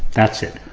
that's it,